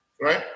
right